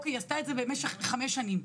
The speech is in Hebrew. היא עשתה את זה במשך חמש שנים,